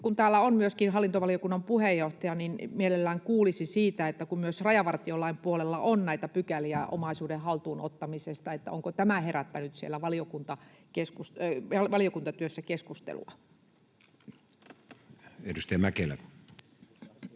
kun täällä on myöskin hallintovaliokunnan puheenjohtaja, niin mielellään kuulisi siitä, että kun myös rajavartiolain puolella on näitä pykäliä omaisuuden haltuunottamisesta, onko tämä herättänyt siellä valiokuntatyössä keskustelua. [Speech